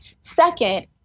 Second